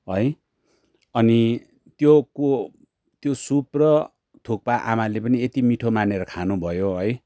है अनि त्यो को त्यो सुप र थुक्पा आमाले पनि यति मिठो मानेर खानु भयो है